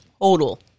total